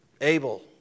Abel